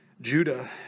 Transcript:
Judah